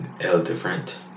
L-different